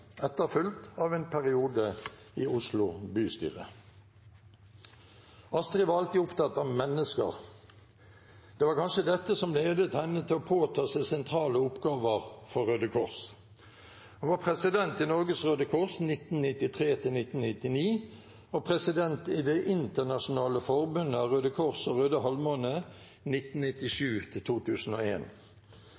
etterfulgt av en periode i Oslo bystyre. Astrid var alltid opptatt av mennesker. Det var kanskje dette som ledet henne til å påta seg sentrale oppgaver for Røde Kors. Hun var president i Norges Røde Kors 1993–1999 og president i Det internasjonale forbundet av Røde Kors- og Røde